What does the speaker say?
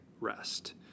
rest